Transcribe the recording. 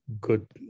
good